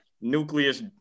Nucleus